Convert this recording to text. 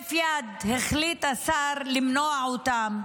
שבהינף יד החליט השר למנוע אותם,